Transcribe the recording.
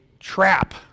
trap